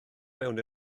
mewn